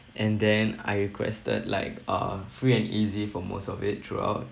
and then I requested like uh free and easy for most of it throughout